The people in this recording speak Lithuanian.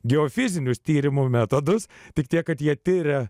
geofizinius tyrimų metodus tik tiek kad jie tiria